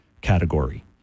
category